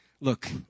look